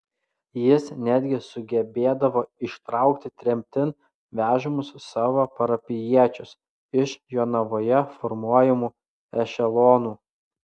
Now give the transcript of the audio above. jis netgi sugebėdavo ištraukti tremtin vežamus savo parapijiečius iš jonavoje formuojamų ešelonų